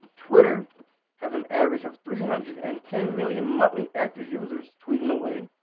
twitter has an average of three hundred and ten million monthly active users tweeting away.